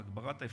הבית היהודי,